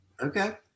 Okay